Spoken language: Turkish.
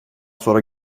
sonra